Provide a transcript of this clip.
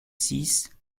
six